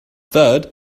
third